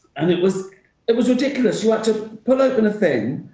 and it was it was ridiculous. you had to pull open a thing,